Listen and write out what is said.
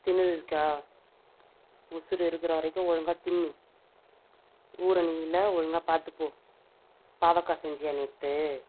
திமிரு இருக்கா உசுர் இருக்கிற வரைக்கும் ஒழுங்காக தின்று ஊரணியில் ஒழுங்காக பார்த்துப்போ பாவக்காய் செஞ்சியா நேற்று